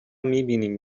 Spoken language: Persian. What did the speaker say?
میبینیم